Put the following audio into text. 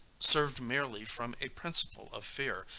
served merely from a principle of fear,